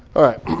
all right,